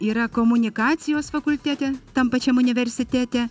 yra komunikacijos fakultete tam pačiam universitete